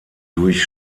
durch